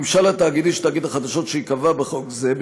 הממשל התאגידי של תאגיד החדשות שייקבע בחוק זהה,